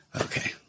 Okay